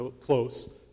close